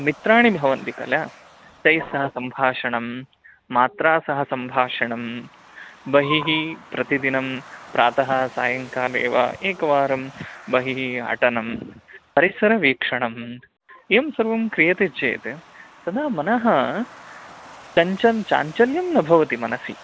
मित्राणि भवन्ति किल तैः सम्भाषणं मात्रा सह सम्भाषणं बहिः प्रतिदिनं प्रातः सायङ्काले वा एकवारं बहिः अटनं परिसरवीक्षणम् एवं सर्वं क्रियते चेत् तदा मनः चञ्चलं चाञ्चल्यं न भवति मनसि